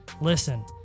Listen